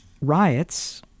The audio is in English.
riots